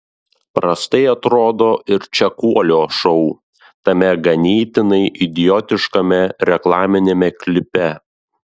prastai atrodo ir čekuolio šou tame ganėtinai idiotiškame reklaminiame klipe